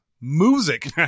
Music